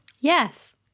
Yes